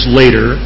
later